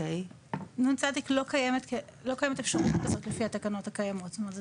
נ.צ לא קיימת אפשרות כזאת לפי התקנות הקיימות.